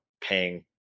paying